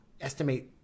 estimate